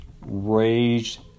raged